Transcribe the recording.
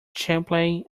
chaplain